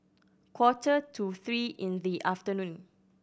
quarter to three in the afternoon